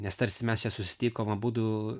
nes tarsi mes ją susitikom abudu